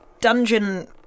dungeon